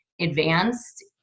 advanced